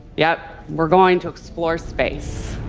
yep. we're going to explore space.